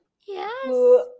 yes